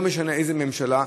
לא משנה באיזו ממשלה,